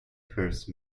purse